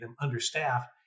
understaffed